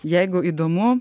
jeigu įdomu